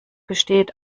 besteht